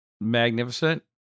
magnificent